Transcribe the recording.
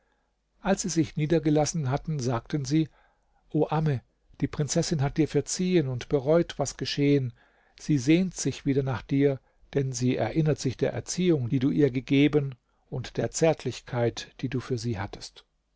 als sie sich niedergelassen hatten sagten sie o amme die prinzessin hat dir verziehen und bereut was geschehen sie sehnt sich wieder nach dir denn sie erinnert sich der erziehung die du ihr gegeben und der zärtlichkeit die du für sie hattest